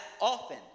often